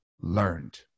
learned